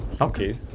okay